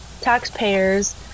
taxpayers